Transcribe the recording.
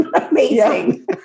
amazing